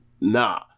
Nah